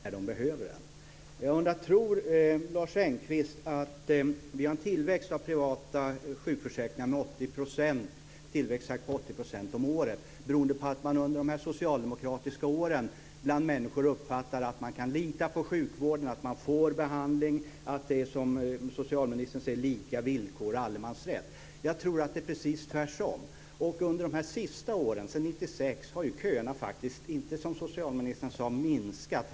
Fru talman! Sjukvården får sin legitimitet genom att behandla patienter när de behöver det. Vi har en tillväxttakt av privata sjukförsäkringar med 80 % om året. Beror det på att människor under de socialdemokratiska åren uppfattat att de kan lita på sjukvården, att de får behandling, att det är, som socialministern säger, lika villkor och allemansrätt? Jag tror att det är precis tvärtom. Under de senaste åren, sedan 1996, har köerna faktiskt inte som socialministern sade minskat.